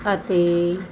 ਅਤੇ